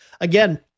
Again